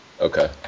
Okay